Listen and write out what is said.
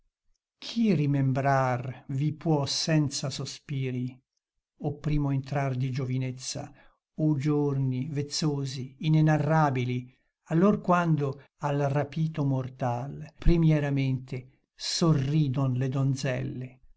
chi rimembrar vi può senza sospiri o primo entrar di giovinezza o giorni vezzosi inenarrabili allor quando al rapito mortal primieramente sorridon le donzelle